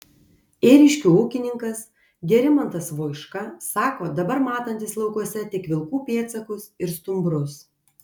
ėriškių ūkininkas gerimantas voiška sako dabar matantis laukuose tik vilkų pėdsakus ir stumbrus